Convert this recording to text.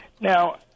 Now